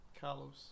carlos